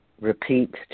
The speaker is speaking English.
repeat